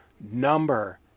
number